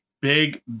big